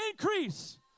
increase